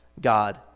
God